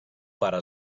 pare